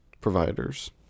providers